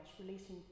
releasing